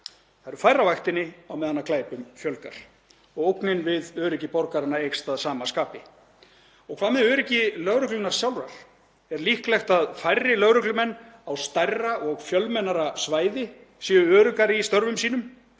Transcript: Það eru færri á vaktinni á meðan glæpum fjölgar og ógnin við öryggi borgaranna eykst að sama skapi Og hvað með öryggi lögreglunnar sjálfrar? Er líklegt að færri lögreglumenn á stærra og fjölmennara svæði séu öruggari í störfum sínum?